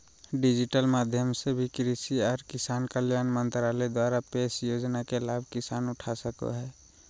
digital माध्यम से भी कृषि आर किसान कल्याण मंत्रालय द्वारा पेश योजना के लाभ किसान उठा सको हय